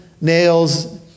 nails